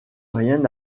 rien